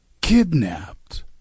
kidnapped